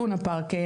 לונה פארק,